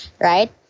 right